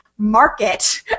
market